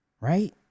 Right